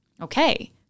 Okay